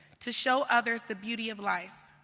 to show others the beauty of life,